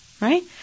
Right